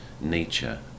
nature